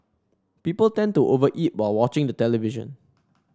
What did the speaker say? people tend to over eat while watching the television